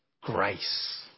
grace